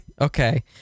Okay